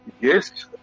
yes